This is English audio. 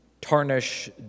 tarnish